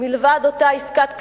מלבד אותה עסקת כניעה.